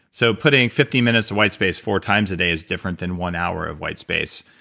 so, putting fifteen minutes of white space four times a day is different than one hour of white space.